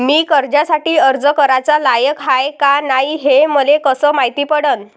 मी कर्जासाठी अर्ज कराचा लायक हाय का नाय हे मले कसं मायती पडन?